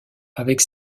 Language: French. avec